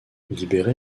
libéré